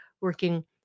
working